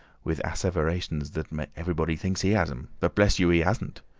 with asseverations that everybody thinks he has em! but bless you! he hasn't.